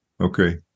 Okay